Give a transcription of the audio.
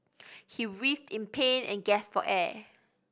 he writhed in pain and gasped for air